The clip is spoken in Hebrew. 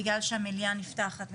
בגלל שהמליאה נפתחת,